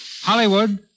Hollywood